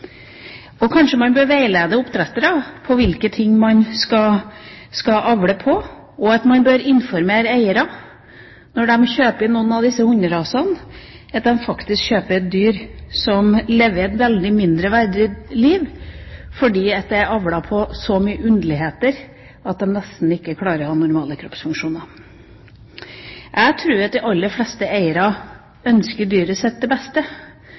puste. Kanskje bør man veilede oppdrettere om hva man skal avle på, og kanskje bør man informere eiere når de kjøper noen av disse hunderasene, om at de faktisk kjøper et dyr som lever et veldig mindreverdig liv fordi det er avlet på så mye underligheter at de nesten ikke har normale kroppsfunksjoner. Jeg tror at de aller fleste eiere ønsker det beste